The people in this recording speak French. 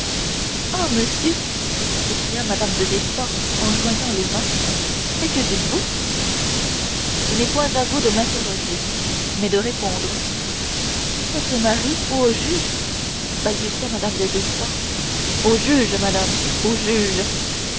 ah monsieur s'écria mme de villefort en joignant les mains que dites-vous ce n'est point à vous de m'interroger mais de répondre est-ce au mari ou au juge balbutia mme de villefort au juge madame au juge